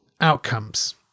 outcomes